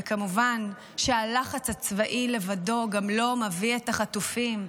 וכמובן שלחץ הצבאי לבדו גם לא מביא את החטופים.